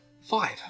Five